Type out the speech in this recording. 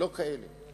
לא כאלה.